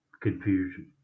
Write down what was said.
confusion